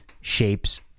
shapes